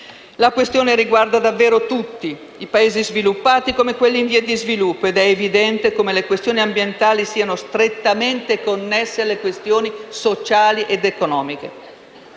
La questione riguarda davvero tutti - i Paesi sviluppati, così come quelli in via di sviluppo - ed è evidente come le questioni ambientali siano strettamente connesse a quelle sociali ed economiche.